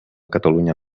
catalunya